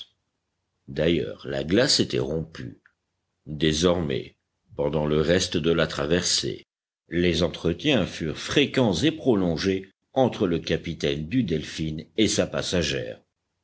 d'ailleurs la glace était rompue désormais pendant le reste de la traversée les entretiens furent fréquents et prolongés entre le capitaine du delphin et sa passagère